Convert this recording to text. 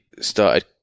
started